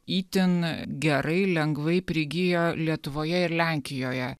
itin gerai lengvai prigijo lietuvoje ir lenkijoje